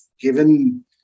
given